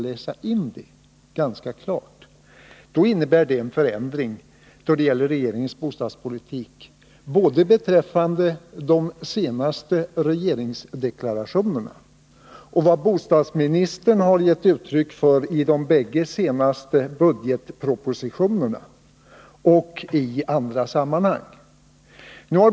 Det innebär i så fall en förändring av regeringens bostadspolitik beträffande både de senaste regeringsdeklarationerna och det som bostadsministern har gett uttryck åt i de bägge senaste budgetpropositionerna och i andra sammanhang.